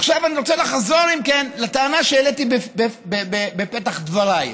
עכשיו אני רוצה לחזור לטענה שהעליתי בפתח דבריי.